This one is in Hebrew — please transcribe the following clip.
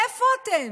איפה אתם?